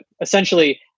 essentially